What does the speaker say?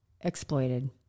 exploited